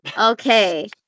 Okay